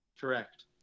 Correct